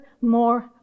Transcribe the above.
more